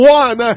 one